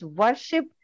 worship